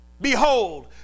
Behold